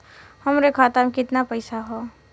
हमरे खाता में कितना पईसा हौ?